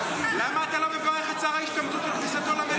למה אתה לא מבריך את שר ההשתמטות על כניסתו למליאה?